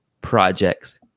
projects